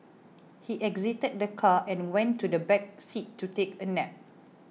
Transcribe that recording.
he exited the car and went to the back seat to take a nap